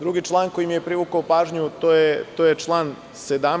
Drugi član koji mi je privukao pažnju jeste član 17.